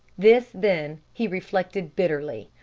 this, then, he reflected bitterly,